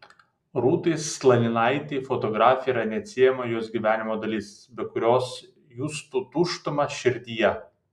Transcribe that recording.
rūtai slaninaitei fotografija yra neatsiejama jos gyvenimo dalis be kurios justų tuštumą širdyje